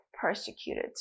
persecuted